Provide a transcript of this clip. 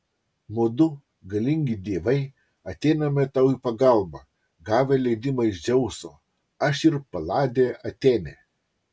mudu galingi dievai ateiname tau į pagalbą gavę leidimą iš dzeuso aš ir paladė atėnė